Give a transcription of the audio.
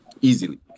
easily